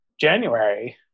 January